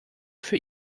für